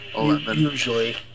usually